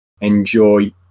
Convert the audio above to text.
enjoy